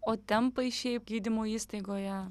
o tempai šiaip gydymo įstaigoje